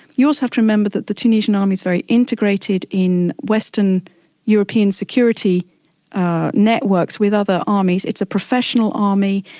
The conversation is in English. you also have to remember that the tunisian army is very integrated in western european security networks with other armies. it's a professional army,